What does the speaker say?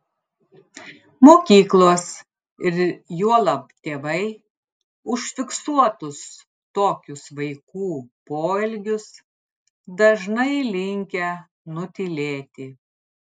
mokyklos ir juolab tėvai užfiksuotus tokius vaikų poelgius dažnai linkę nutylėti